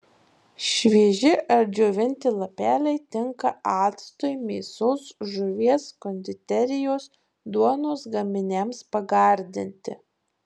švieži ar džiovinti lapeliai tinka actui mėsos žuvies konditerijos duonos gaminiams pagardinti